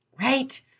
right